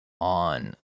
on